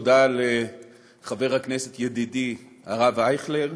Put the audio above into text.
ותודה לחבר הכנסת ידידי הרב אייכלר.